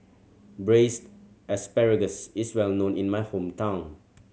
Braised Asparagus is well known in my hometown